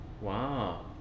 Wow